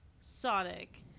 Sonic